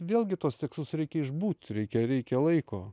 vėlgi tuos tekstus reikia išbūt reikia reikia laiko